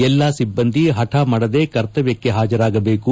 ಎಲ್ಲಾ ಸಿಬ್ಬಂದಿ ಹಠ ಮಾಡದೇ ಕರ್ತವ್ಯಕ್ಕೆ ಹಾಜರಾಗಬೇಕು